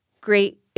great—